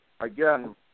again